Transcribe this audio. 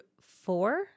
four